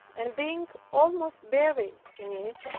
and being almost buried in it,